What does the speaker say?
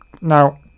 now